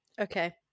okay